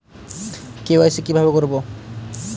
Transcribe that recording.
KYC কিভাবে করব?